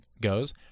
goes